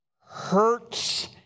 hurts